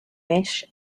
mesh